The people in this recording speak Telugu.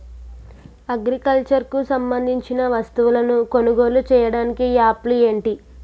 అగ్రికల్చర్ కు సంబందించిన వస్తువులను కొనుగోలు చేయటానికి యాప్లు ఏంటి?